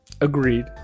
Agreed